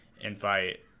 invite